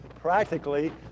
practically